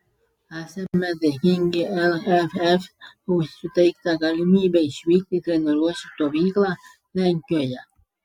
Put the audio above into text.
esame dėkingi lff už suteiktą galimybę išvykti į treniruočių stovyklą lenkijoje